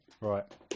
Right